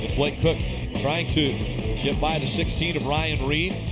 blake koch trying to get by the sixteen of ryan reed.